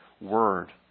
word